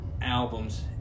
albums